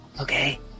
Okay